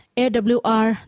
awr